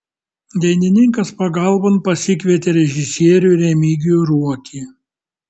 dainininkas pagalbon pasikvietė režisierių remigijų ruokį